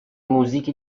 موزیکی